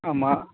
ஆமாம்